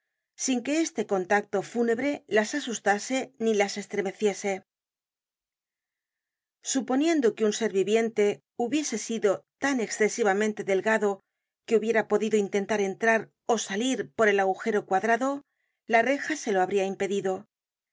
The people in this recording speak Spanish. sin que este contacto fúnebre las asustase ni las estremeciese suponiendo que un ser viviente hubiese sido tan escesivamente delgado que hubiera podido intentar entrar ó salir por aquel agujero cuadrado la reja se lo habria impedido no